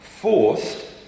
forced